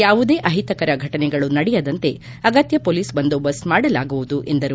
ಯಾವುದೇ ಅಹಿತಕರ ಫಟನೆಗಳು ನಡೆಯದಂತೆ ಅಗತ್ಯ ಮೊಲೀಸ್ ಬಂದೊಬಸ್ತ್ ಮಾಡಲಾಗುವುದು ಎಂದರು